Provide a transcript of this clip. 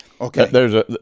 Okay